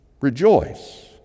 rejoice